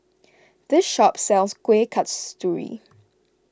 this shop sells Kueh Kasturi